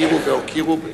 הכירו והוקירו.